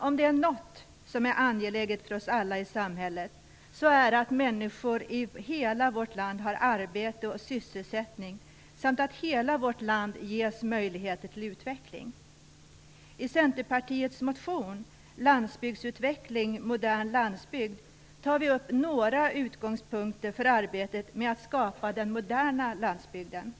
Om det är något som är angeläget för oss alla i samhället, så är det att människor i hela vårt land har arbete och sysselsättning, samt att hela vårt land ges möjligheter till utveckling. Modern landsbygd, tas några utgångspunkter för arbetet med att skapa den moderna landsbygden upp.